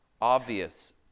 Obvious